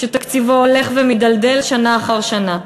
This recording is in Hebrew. ותקציבו הולך ומידלדל שנה אחר שנה.